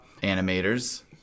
Animators